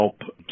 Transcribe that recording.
help